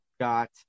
got